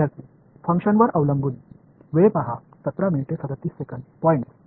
विद्यार्थी फंक्शनवर अवलंबून पॉईंट्स